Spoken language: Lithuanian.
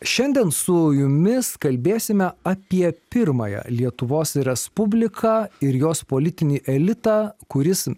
šiandien su jumis kalbėsime apie pirmąją lietuvos respubliką ir jos politinį elitą kuris